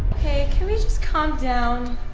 just calm down?